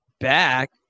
back